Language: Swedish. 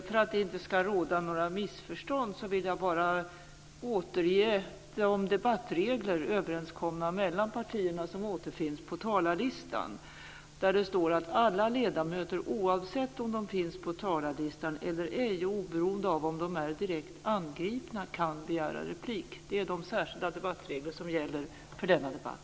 För att det inte ska råda några missförstånd vill jag bara återge de debattregler som partierna kommit överens om och som återfinns på talarlistan. Där står det: "Alla ledamöter - oavsett om de finns på talarlistan eller ej och oberoende av om de är direkt angripna - kan begära replik." Det är de särskilda debattregler som gäller för denna debatt.